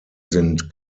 sind